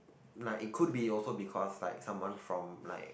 like it could be also because like someone from like